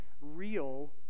real